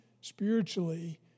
spiritually